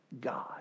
God